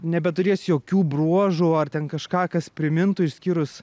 nebeturės jokių bruožų ar ten kažką kas primintų išskyrus